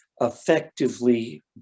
effectively